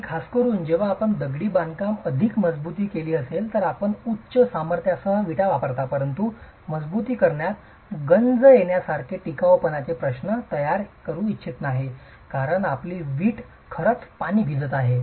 आणि खासकरुन जेव्हा आपण दगडी बांधकाम अधिक मजबूत केली असेल तर आपण उच्च सामर्थ्यासह विटा वापरता परंतु मजबुतीकरणात गंज येण्यासारखे टिकाऊपणाचे प्रश्न तयार करू इच्छित नाही कारण आपली वीट खरंच पाणी भिजत आहे